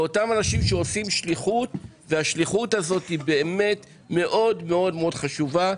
לאותם אנשים שעושים שליחות והשליחות הזאת היא באמת מאוד מאוד חשובה.